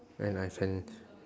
when I can